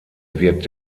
wird